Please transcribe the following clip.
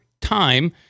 time